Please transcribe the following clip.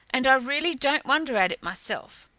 and i really don't wonder at it myself.